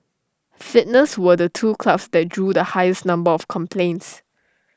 fitness were the two clubs that drew the highest number of complaints